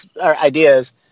ideas